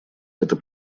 это